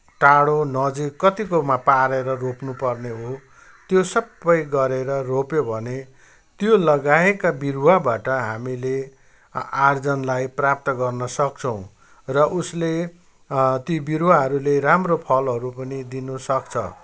टाढो नजिक कतिकोमा पारेर रोप्नुपर्ने हो त्यो सबै गरेर रोप्यौँ भने त्यो लगाएका बिरुवाबाट हामीले आर्जनलाई प्राप्त गर्नसक्छौँ र उसले ती बिरुवाहरूले राम्रो फलहरू पनि दिनसक्छ